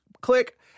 click